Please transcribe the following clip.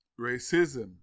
racism